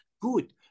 Good